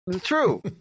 true